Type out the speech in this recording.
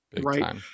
Right